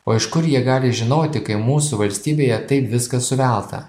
o iš kur jie gali žinoti kai mūsų valstybėje taip viskas suvelta